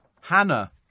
Hannah